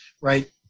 right